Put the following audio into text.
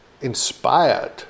inspired